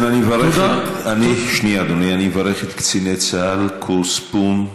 אני מברך את קציני צה"ל, קורס פו"ם.